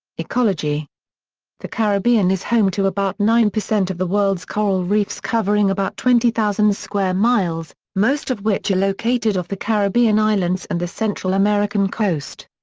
ecology the caribbean is home to about nine percent of the world's coral reefs covering about twenty thousand square miles, most of which are located off the caribbean islands and the central american coast.